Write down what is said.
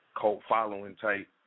cult-following-type